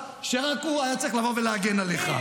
ולכן,